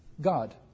God